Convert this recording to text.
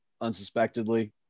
unsuspectedly